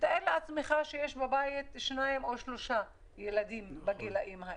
תאר לעצמך שבבית יש שניים או שלושה ילדים בגילים האלה.